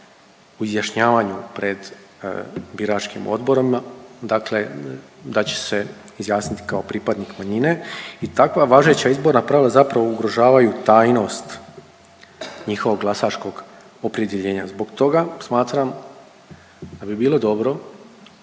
u izjašnjavanju pred biračkim odborima, dakle da će se izjasniti kao pripadnik manjine i takva važeća izborna pravila zapravo ugrožavaju tajnost njihovog glasačkog opredjeljenja. Zbog toga smatram da bi bilo dobro